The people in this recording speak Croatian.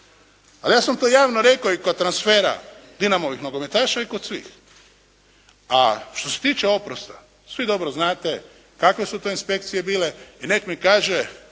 Ali ja sam to javno rekao i kod transfera Dinamovih nogometaša i kod svih. A što se tiče oprosta svi dobro znate kakve su to inspekcije bile i nek mi kaže